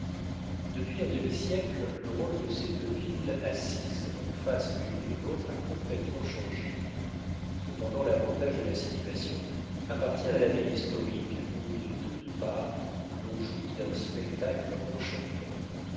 depuis un demi-siècle le rôle de ces deux villes assises en face l'une de l'autre a complétement changé cependant l'avantage de la situation appartient à la ville historique où de toutes parts l'on jouit d'un spectacle enchanteur